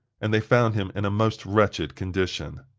and they found him in a most wretched condition.